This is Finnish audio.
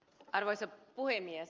arvoisa puhemies